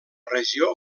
regió